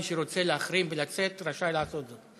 מי שרוצה להחרים ולצאת רשאי לעשות זאת.